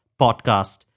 Podcast